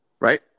Right